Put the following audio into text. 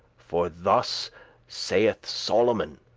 for thus saith solomon,